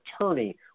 attorney